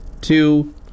two